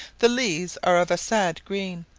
the leaves are of a sad green,